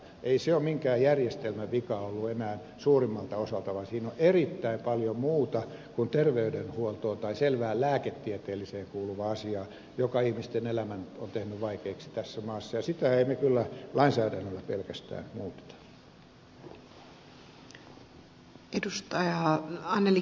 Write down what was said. ei se ole minkään järjestelmän vika ollut enää suurimmalta osalta vaan siinä on erittäin paljon muuta kuin terveydenhuoltoon tai selvään lääketieteeseen kuuluvaa asiaa mikä ihmisten elämän on tehnyt vaikeaksi tässä maassa ja sitä emme kyllä lainsäädännöllä pelkästään muuta